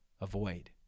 avoid